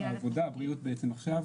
העבודה, הבריאות בעצם עכשיו.